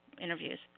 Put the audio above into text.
interviews